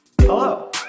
Hello